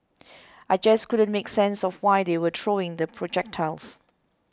I just couldn't make sense of why they were throwing the projectiles